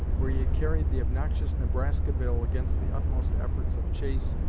where he had carried the obnoxious nebraska bill against the utmost efforts of chase,